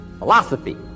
Philosophy